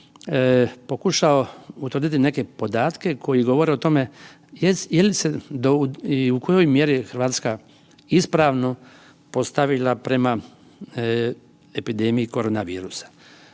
pokušao utvrditi neke podatke koji govore o tome u kojoj mjeri je Hrvatska ispravno postavila prema epidemiji korona virusa.